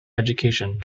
education